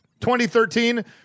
2013